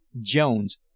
Jones